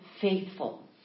faithful